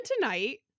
tonight